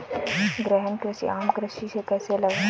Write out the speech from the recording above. गहन कृषि आम कृषि से कैसे अलग है?